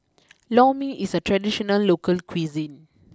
Lor Mee is a traditional local cuisine